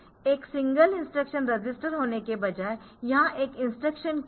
एक single instruction register होने के बजाय यहां एक इंस्ट्रक्शन क्यू है